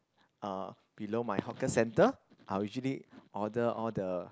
ah below my hawker centre I'll usually order all the